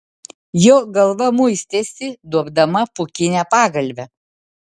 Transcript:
jo galva muistėsi duobdama pūkinę pagalvę